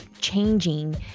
changing